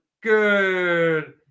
good